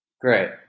Great